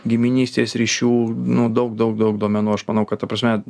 giminystės ryšių nu daug daug daug duomenų aš manau kad ta prasme